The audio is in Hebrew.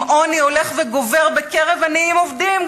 עם עוני הולך וגובר בקרב עניים עובדים,